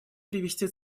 привести